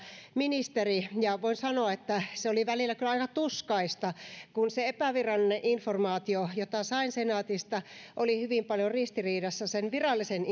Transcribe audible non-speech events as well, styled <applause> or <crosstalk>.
ministeri ja voin sanoa että se oli välillä kyllä aika tuskaista kun se epävirallinen informaatio jota sain senaatista oli hyvin paljon ristiriidassa sen virallisen <unintelligible>